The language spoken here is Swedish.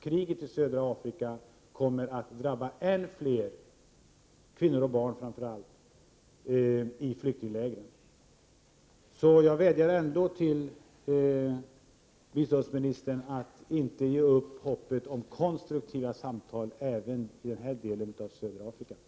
Kriget i södra Afrika kommer att drabba än fler i flyktinglägren, kvinnor och barn framför allt. Jag vädjar till biståndsministern att inte ge upp hoppet om konstruktiva samtal även i den här delen av södra Afrika.